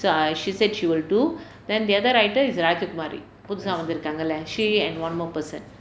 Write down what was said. so err she said she will do then the other writers is rajukumari புதுசா வந்திருக்காங்க இல்லை:puthusaa vanthirukkaanga illai she and one more person